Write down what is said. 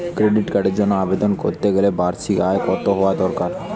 Credit কার্ডের জন্য আবেদন করতে গেলে বার্ষিক আয় কত হওয়া দরকার?